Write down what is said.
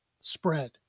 spread